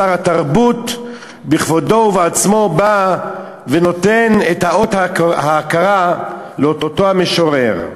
שר התרבות בכבודו ובעצמו בא ונותן את אות ההכרה לאותו המשורר.